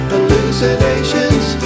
Hallucinations